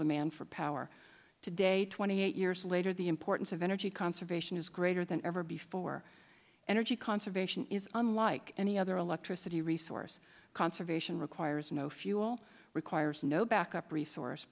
demand for power today twenty eight years later the importance of energy conservation is greater than ever before energy servatius is unlike any other electricity resource conservation requires no fuel requires no backup resource